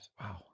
Wow